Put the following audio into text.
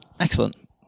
Excellent